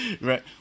Right